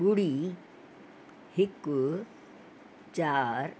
ॿुड़ी हिकु चारि